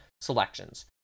selections